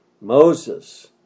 Moses